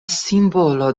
simbolo